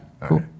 Cool